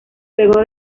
luego